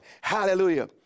Hallelujah